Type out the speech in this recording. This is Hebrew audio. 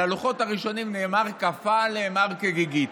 על הלוחות הראשונים נאמר: "כפה עליהם הר כגיגית".